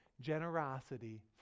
generosity